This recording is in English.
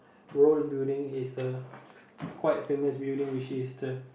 world building is a quite famous building which is the